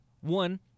One